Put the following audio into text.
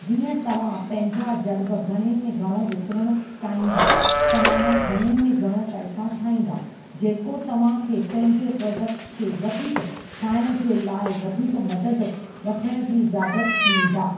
जीअं तव्हां पंहिंजा जर्ब घणे में घणो विकणणु चाहींदा तव्हां घणे में घणो पैसा ठाहींदा जेको तव्हां खे पंहिंजे प्रोडक्टस खे वधीक ठाहिण जे लाइ वधीक मदद वठण जी इजाज़तु ॾींदा